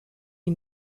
die